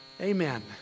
Amen